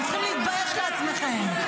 אתם צריכים להתבייש לעצמכם.